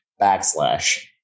backslash